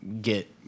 get